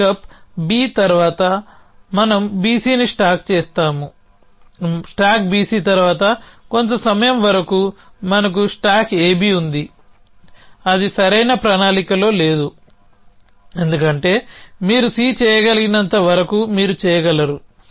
B pickup B తర్వాత మనం BCని స్టాక్ చేసాము స్టాక్ BC తర్వాత కొంత సమయం వరకు మనకు స్టాక్ AB ఉంది అది సరైన ప్రణాళికలో లేదు ఎందుకంటే మీరు C చేయగలిగినంత వరకు మీరు చేయగలరు